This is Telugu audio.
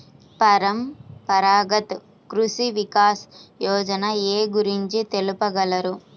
పరంపరాగత్ కృషి వికాస్ యోజన ఏ గురించి తెలుపగలరు?